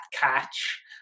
catch